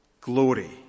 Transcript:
glory